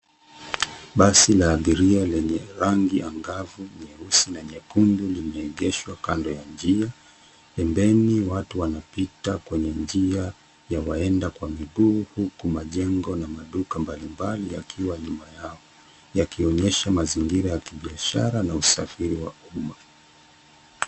Basi la abiria lenye rangi angavu nyeusi na nyekundu limeegeshwa kando ya njia, pembeni watu wanapita kwenye njia ya waenda kwa miguu huku majengo na maduka mbalimbali yakiwa nyuma yao yakionyesha mazingira ya kibiashara na usafiri wa umma.